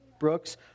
Brooks